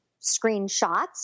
screenshots